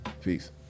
Peace